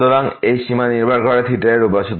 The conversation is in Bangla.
সুতরাং এই সীমা নির্ভর করে এর উপর